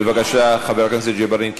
בבקשה, חבר הכנסת ג'בארין.